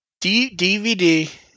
DVD